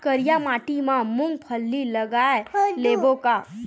करिया माटी मा मूंग फल्ली लगय लेबों का?